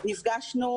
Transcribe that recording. מנכ"לית